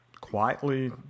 Quietly